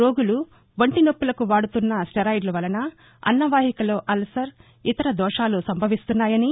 రోగులు వంటి నొప్పులకు వాడుతున్న స్లెరాయిడ్ ల వలన అన్నవాహికలో అల్సర్ ఇతర దోషాలు సంభవిస్తున్నాయని